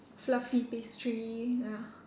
fluffy pastry ah